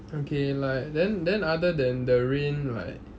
okay like then then other than the rain right